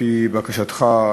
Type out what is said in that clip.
כפי בקשתך,